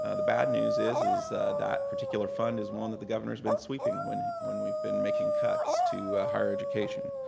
ah the bad news is is that particular fund is one that the governor has been sweeping when when we've been making cuts to higher education.